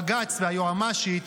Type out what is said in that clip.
בג"ץ והיועמ"שית,